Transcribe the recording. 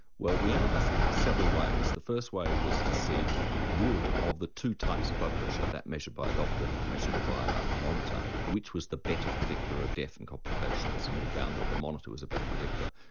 well we and analysed it several ways. the first way was to see would of the two types of blood pressure, that measured by a doctor and that measured by a a monitor, which was the better predictor of death and complications and we found that the monitor was a better predictor.